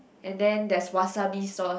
and then there's wasabi sauce